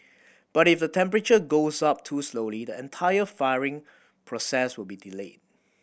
but if the temperature goes up too slowly the entire firing process will be delayed